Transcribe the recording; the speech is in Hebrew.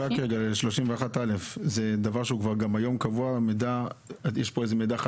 עיון במרשם התעבורה המינהלי32.כל